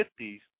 50s